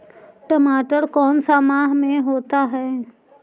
टमाटर कौन सा माह में होता है?